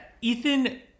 Ethan